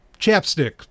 chapstick